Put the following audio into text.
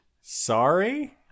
sorry